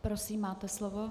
Prosím, máte slovo.